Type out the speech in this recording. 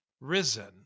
risen